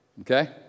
Okay